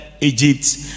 Egypt